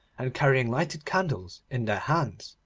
and carrying lighted candles in their hands.